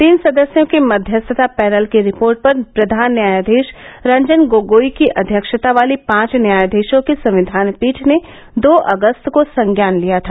तीन सदस्यों के मध्यस्थता पैनल की रिपोर्ट पर प्रधान न्यायाधीश रजन गोगोई की अध्यक्षता वाली पांच न्यायाधीशों की संविधान पीठ ने दो अगस्त को संज्ञान लिया था